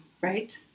right